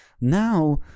now